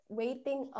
waiting